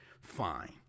fine